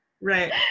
Right